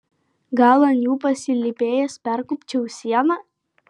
gal ant jų pasilypėjęs perkopčiau sieną